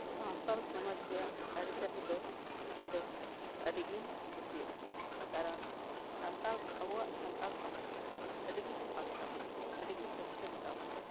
ᱥᱟᱛᱟᱲ ᱥᱚᱢᱟᱡᱽ ᱨᱮᱭᱟᱜ ᱟᱨᱤᱪᱟᱞᱤ ᱫᱚ ᱤᱧ ᱫᱚ ᱟᱹᱰᱤ ᱜᱮᱧ ᱠᱩᱥᱤᱭᱟᱜᱼᱟ ᱠᱟᱨᱚᱱ ᱥᱟᱱᱛᱟᱲ ᱟᱵᱚᱣᱟᱜ ᱥᱟᱱᱛᱟᱲ ᱥᱚᱢᱟᱡᱽ ᱟᱹᱰᱤᱜᱮ ᱥᱟᱯᱟᱜᱮ ᱛᱟᱵᱚᱱᱟ ᱟᱹᱰᱤ ᱜᱮ ᱥᱚᱪᱪᱷᱚ ᱜᱮᱛᱟᱵᱚᱱᱟ